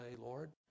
Lord